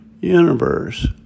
universe